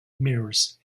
mirrors